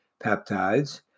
peptides